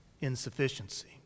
insufficiency